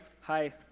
Hi